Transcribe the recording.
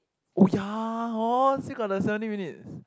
oh ya hor still got the seventeen minutes